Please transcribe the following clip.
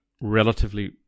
relatively